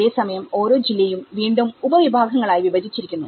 അതേസമയം ഓരോ ജില്ലയും വീണ്ടും ഉപവിഭാഗങ്ങളായി വിഭജിച്ചിരിക്കുന്നു